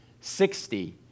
sixty